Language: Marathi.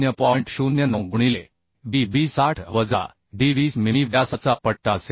09 गुणिले b b 60 वजा d 20 मिमी व्यासाचा पट्टा असेल